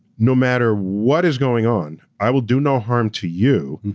no matter what is going on, i will do no harm to you,